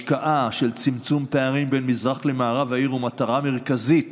השקעה בצמצום פערים בין מזרח למערב העיר היא מטרה מרכזית